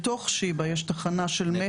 בתוך "שיבא" יש תחנה של מטרו.